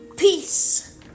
Peace